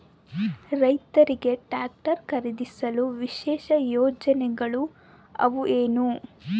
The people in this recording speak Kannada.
ರೈತರಿಗೆ ಟ್ರಾಕ್ಟರ್ ಖರೇದಿಸಲು ವಿಶೇಷ ಯೋಜನೆಗಳು ಅವ ಏನು?